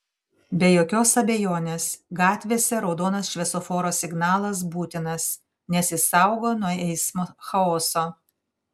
be jokios abejonės gatvėse raudonas šviesoforo signalas būtinas nes jis saugo nuo eismo chaoso